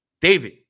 david